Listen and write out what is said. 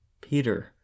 Peter